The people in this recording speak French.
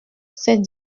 cette